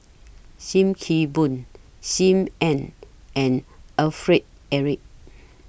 SIM Kee Boon SIM Ann and Alfred Eric